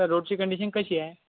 तर रोडची कंडिशन कशी आहे